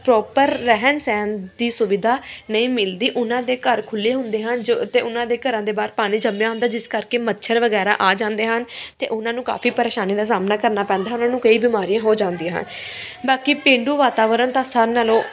proper ਰਹਿਣ ਸਹਿਣ ਦੀ ਸੁਵਿਧਾ ਨਹੀਂ ਮਿਲਦੀ ਉਹਨਾਂ ਦੇ ਘਰ ਖੁੱਲ੍ਹੇ ਹੁੰਦੇ ਹਨ ਜੋ ਅਤੇ ਉਹਨਾਂ ਦੇ ਘਰਾਂ ਦੇ ਬਾਹਰ ਪਾਣੀ ਜੰਮਿਆ ਹੁੰਦਾ ਜਿਸ ਕਰਕੇ ਮੱਛਰ ਵਗੈਰਾ ਆ ਜਾਂਦੇ ਹਨ ਅਤੇ ਉਹਨਾਂ ਨੂੰ ਕਾਫੀ ਪਰੇਸ਼ਾਨੀ ਦਾ ਸਾਹਮਣਾ ਕਰਨਾ ਪੈਂਦਾ ਉਹਨਾਂ ਨੂੰ ਕਈ ਬਿਮਾਰੀਆਂ ਹੋ ਜਾਂਦੀਆਂ ਹਨ ਬਾਕੀ ਪੇਂਡੂ ਵਾਤਾਵਰਨ ਤਾਂ ਸਾਰਿਆਂ ਨਾਲੋਂ